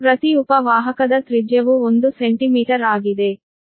ಪ್ರತಿ ಉಪ ವಾಹಕದ ತ್ರಿಜ್ಯವು ಒಂದು ಸೆಂಟಿಮೀಟರ್ ಆಗಿದೆ